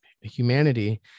humanity